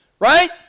Right